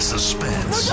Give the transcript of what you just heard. Suspense